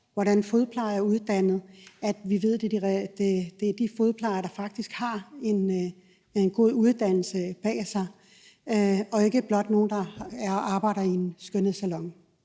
hvordan fodplejere er uddannet, og at vi ved, at fodplejere faktisk har en god uddannelse bag sig, og ikke blot er nogen, der arbejder i en skønhedssalon.